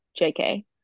jk